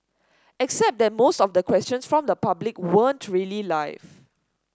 except that most of the questions from the public weren't really life